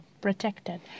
protected